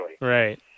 Right